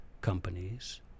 companies